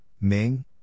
Ming